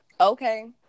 okay